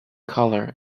color